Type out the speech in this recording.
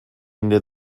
into